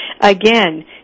again